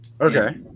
okay